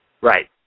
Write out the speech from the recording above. Right